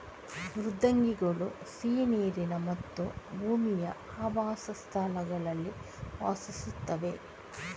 ಮೃದ್ವಂಗಿಗಳು ಸಿಹಿ ನೀರಿನ ಮತ್ತು ಭೂಮಿಯ ಆವಾಸಸ್ಥಾನಗಳಲ್ಲಿ ವಾಸಿಸುತ್ತವೆ